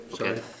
Okay